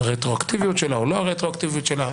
הרטרואקטיביות שלה או לא הרטרואקטיביות שלה.